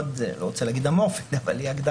אני לא רוצה להגיד אמורפית אבל היא הגדרה...